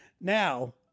Now